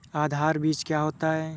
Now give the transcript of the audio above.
आधार बीज क्या होता है?